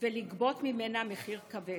בה ולגבות ממנה מחיר כבד.